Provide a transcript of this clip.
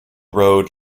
road